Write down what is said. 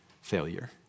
failure